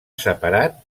separat